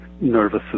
nervous